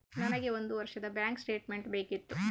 ನನಗೆ ಒಂದು ವರ್ಷದ ಬ್ಯಾಂಕ್ ಸ್ಟೇಟ್ಮೆಂಟ್ ಬೇಕಿತ್ತು